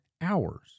hours